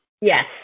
Yes